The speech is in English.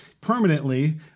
permanently